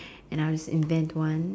and I will invent one